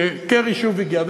שקרי שוב הגיע,